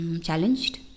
challenged